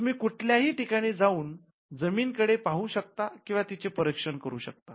तुम्ही कुठल्या ही ठिकाणी जाउन जमिनी कडे पाहू शकता किंवा तिचे परीक्षण करू शकतात